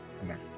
Amen